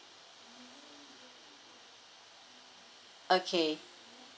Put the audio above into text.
okay